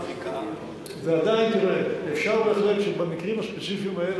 ועדיין אפשר בהחלט שבמקרים הספציפיים האלה,